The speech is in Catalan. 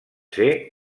ser